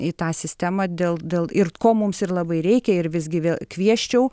į tą sistemą dėl dėl ir ko mums ir labai reikia ir visgi vėl kviesčiau